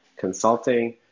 consulting